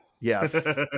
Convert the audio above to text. Yes